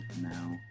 now